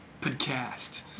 podcast